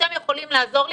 אתם יכולים לעזור לי,